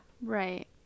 right